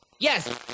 Yes